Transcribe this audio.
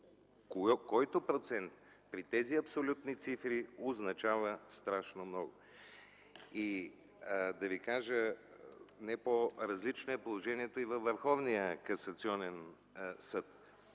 който процент, при тези абсолютни цифри, означава страшно много. Да ви кажа, не по-различно е положението и във Върховния касационен съд.